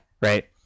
right